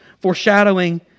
foreshadowing